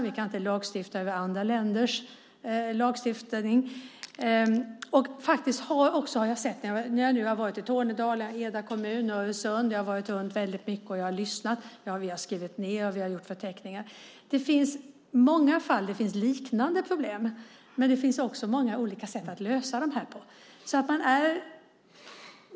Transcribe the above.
Vi kan inte lagstifta över andra länders lagstiftning. Jag har varit i Tornedalen, Eda kommun och Öresund. Jag har varit runt mycket, lyssnat och antecknat. Det finns många fall av liknande problem, men det finns också många olika sätt att lösa dem på.